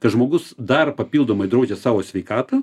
kad žmogus dar papildomai draudžia savo sveikatą